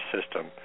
system